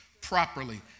properly